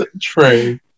true